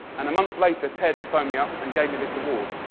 and a month later, ted phoned me up and gave me this award.